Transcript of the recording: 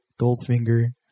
goldfinger